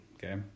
Okay